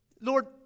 Lord